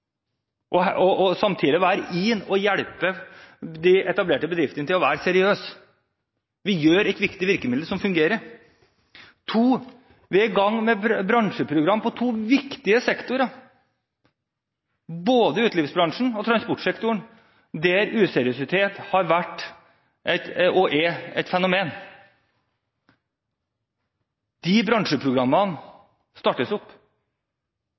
de etablerte bedriftene til å være seriøse. Vi har et viktig virkemiddel som fungerer. Vi er for det tredje i gang med bransjeprogram på to viktige sektorer, både utelivsbransjen og transportsektoren, der useriøsitet har vært og er et fenomen. Disse bransjeprogrammene startes opp.